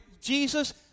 Jesus